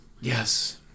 Yes